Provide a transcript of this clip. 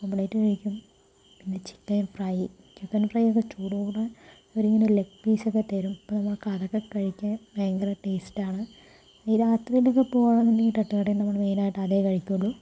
omelette കഴിക്കും പിന്നെ chicken fry chicken ഫ്രൈയ്യൊക്കെ ചൂടോടെ അവരിങ്ങനെ ലെഗ് പീസൊക്കെ തരും അപ്പോൾ നമുക്ക് അതൊക്കെ കഴിക്കാൻ ഭയങ്കര ടേസ്റ്റാണ് ഈ രാത്രിയിലൊക്കെ പോകണമെന്നുണ്ടെങ്കിൽ ഈ തട്ടു കടയിൽനിന്ന് മെയിനായിട്ട് അതേ കഴിക്കുകയുള്ളൂ